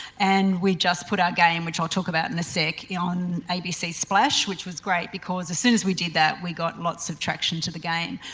and we just put our game which i'll talk about in a sec on abc splash which was great because as soon as we did that we got lots of traction to the game.